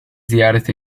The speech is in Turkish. ziyaret